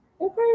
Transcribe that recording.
Okay